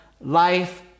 life